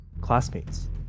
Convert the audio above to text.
classmates